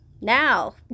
Now